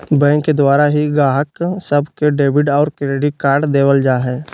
bank के द्वारा ही गाहक सब के डेबिट और क्रेडिट कार्ड देवल जा हय